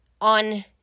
on